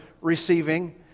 receiving